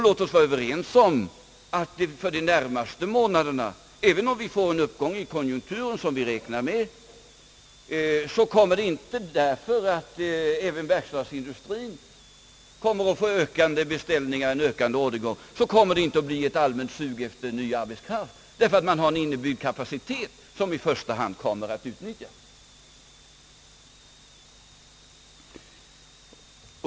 Låt oss vara överens om att även om man inom verkstadsindustrin kommer att få ökande beställningar och ökad orderingång kommer det inte inom de närmaste månaderna att bli ett allmänt sug efter ny arbetskraft, därför att det finns en inbyggd kapacitet som i första hand kommer att utnyttjas.